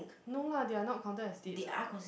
no lah they are not counted as dates [what]